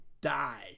die